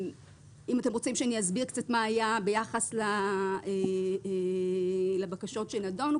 אם אתם רוצים שאני אסביר קצת מה היה ביחס לבקשות שכבר נדונו